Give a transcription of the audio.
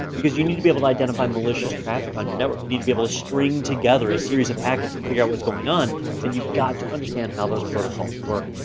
because you need to be able to identify malicious traffic on your network, you need to be able to string together a series of packets. to figure out what's going on and you've got to understand how those protocols work.